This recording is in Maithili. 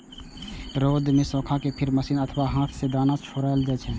रौद मे सुखा कें फेर मशीन सं अथवा हाथ सं दाना छोड़ायल जाइ छै